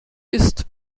ist